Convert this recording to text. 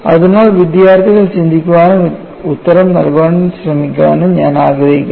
അതിനാൽ വിദ്യാർത്ഥികൾ ചിന്തിക്കാനും ഉത്തരം നൽകാൻ ശ്രമിക്കാനും ഞാൻ ആഗ്രഹിക്കുന്നു